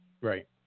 Right